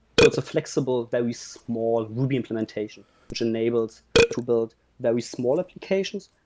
sort of flexible, very small ruby implementation, which enables to build very small applications,